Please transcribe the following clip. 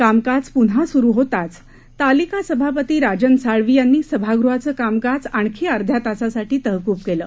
कामकाज पुन्हा सुरू होताच तालिका सभापती राजन साळवी यांनी सभागृहाचं कामकाज आणखी अध्या तासासाठी तहकूब केलं